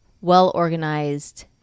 well-organized